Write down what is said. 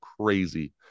crazy